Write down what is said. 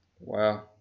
Wow